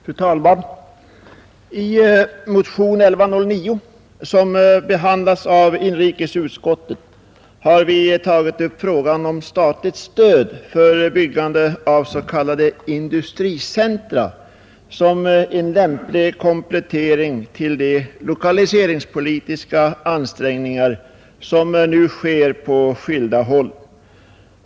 Fru talman! I motionen 1109, som behandlats av inrikesutskottet, har vi tagit upp frågan om statligt stöd för byggande av s.k. industricentra som en lämplig komplettering till de lokaliseringspolitiska ansträngningar som nu görs på skilda håll.